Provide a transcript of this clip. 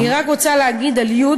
אני רק רוצה להגיד על י',